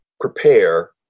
prepare